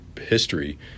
history